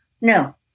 No